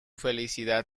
felicidad